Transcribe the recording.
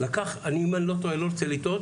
אני לא רוצה לטעות,